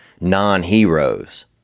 non-heroes